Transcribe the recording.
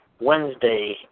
Wednesday